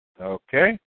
Okay